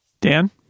Dan